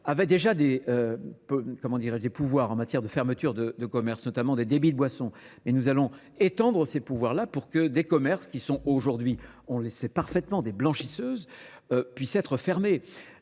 avait déjà des pouvoirs en matière de fermeture de commerce, notamment des débits de boissons. Mais nous allons étendre ces pouvoirs-là pour que des commerces qui sont aujourd'hui, on les sait parfaitement, des blanchisseuses, puissent être fermés.